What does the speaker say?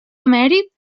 emèrit